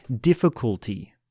difficulty